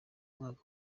mwaka